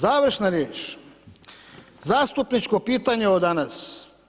Završna riječ, zastupničko pitanje od danas.